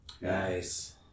Nice